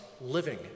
living